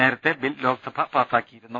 നേരത്തെ ബിൽ ലോക്സഭ പാസാ ക്കിയിരുന്നു